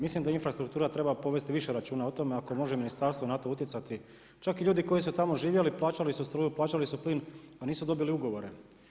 Mislim da infrastruktura treba povesti više računa o tome ako može ministarstvo na to utjecati, čak i ljudi koji su tamo živjeli, plaćali su struju, plaćali su plin, a nisu dobili ugovore.